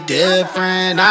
different